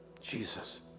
Jesus